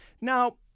Now